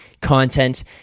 content